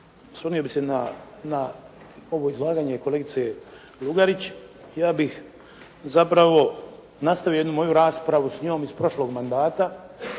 osvrnuo bih se na ovo izlaganje kolegice Lugarić. Ja bih zapravo nastavio jednu moju raspravu s njom iz prošlog mandata